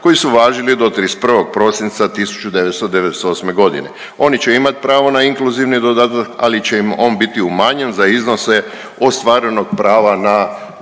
koji su važili do 31. prosinca 1998. godine. Oni će imati pravo na inkluzivni dodatak, ali će im on biti umanjen za iznose ostvarenog prava na